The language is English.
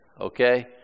okay